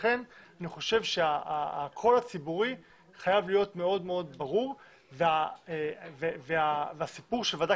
לכן אני חושב שהקול הציבורי חייב להיות מאוד מאוד ברור והסיפור של ועדה